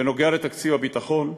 בנוגע לתקציב הביטחון,